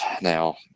now